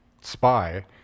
spy